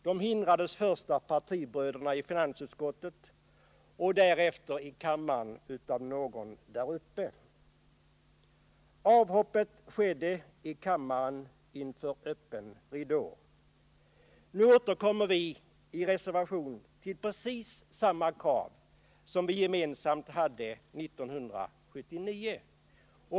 De hindrades, först av partibröderna i finansutskottet och därefter i kammaren av någon där uppe. Avhoppet skedde i kammaren inför öppen ridå. Nu återkommer vi i reservation till precis samma krav som vi ställde 1979.